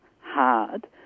hard